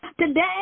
Today